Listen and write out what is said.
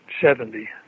Seventy